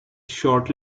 short